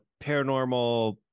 paranormal